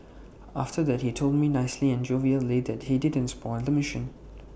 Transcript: after that he told me nicely and jovially that he didn't spoil the machine